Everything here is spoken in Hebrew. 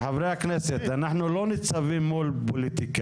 חברי הכנסת, אנחנו לא ניצבים מול פוליטיקאי.